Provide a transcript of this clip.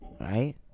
Right